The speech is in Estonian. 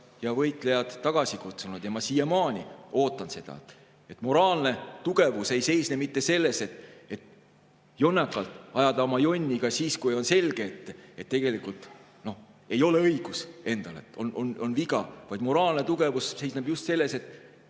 ja võitlejad tagasi kutsunud. Ma siiamaani ootan seda. Moraalne tugevus ei seisne mitte selles, et jonnakalt ajad oma jonni ka siis, kui on selge, et tegelikult ei ole õigus endal, vaid on viga. Moraalne tugevus seisneb just selles, et